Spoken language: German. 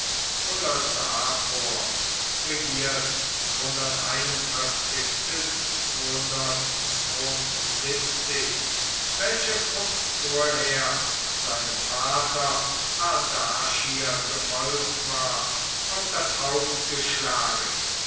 oder sa regiert welcher kurz vorher seinem vater ardaschir gefolgt war auf das haupt